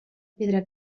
pedra